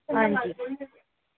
आं जी